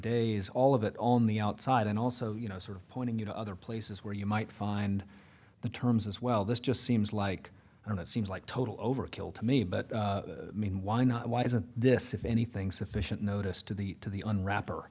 days all of it on the outside and also you know sort of pointing you to other places where you might find the terms as well this just seems like an it seems like total overkill to me but i mean why not why isn't this if anything sufficient notice to the to the on rap